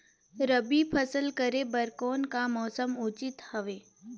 रबी फसल करे बर कोन मौसम उचित हवे?